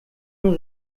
nur